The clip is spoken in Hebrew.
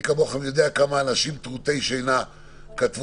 ומי כמוכם יודע כמה אנשים מעוטי שינה כתבו